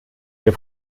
wir